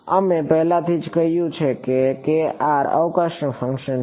અમે પહેલાથી જ કહ્યું છે કે અવકાશનું ફંક્શન છે